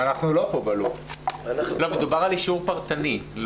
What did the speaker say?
מדובר באישור פרטני.